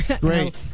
Great